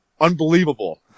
unbelievable